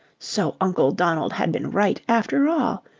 so uncle donald had been right after all!